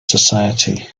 society